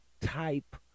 type